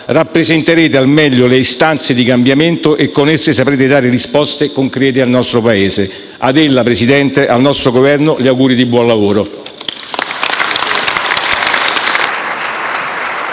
rappresenterete al meglio le istanze di cambiamento e, con esse, saprete dare risposte concrete al nostro Paese. A ella, Presidente, e al nostro Governo, gli auguri di buon lavoro.